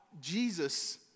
Jesus